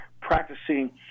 practicing